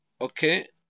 Okay